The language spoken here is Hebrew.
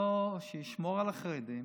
שישמור על החרדים,